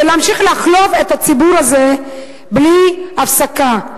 ולהמשיך לחלוב את הציבור הזה בלי הפסקה.